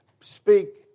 speak